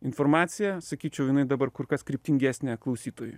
informacija sakyčiau jinai dabar kur kas kryptingesnė klausytojui